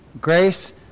Grace